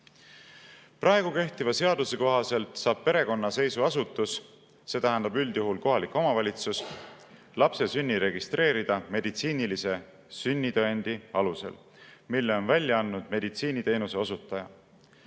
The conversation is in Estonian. Praegu kehtiva seaduse kohaselt saab perekonnaseisuasutus, see tähendab üldjuhul kohalikku omavalitsust, lapse sünni registreerida meditsiinilise sünnitõendi alusel, mille on välja andnud meditsiiniteenuse osutaja.